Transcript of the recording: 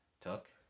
took